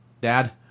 dad